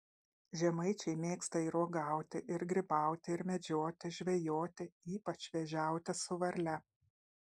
žemaičiai mėgstą ir uogauti ir grybauti ir medžioti žvejoti ypač vėžiauti su varle